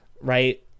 right